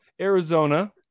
Arizona